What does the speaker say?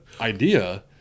idea